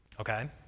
Okay